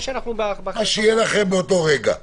מה שיהיה לכם באותו רגע.